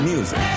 Music